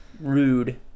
Rude